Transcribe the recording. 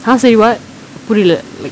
ah say what புரில:purila like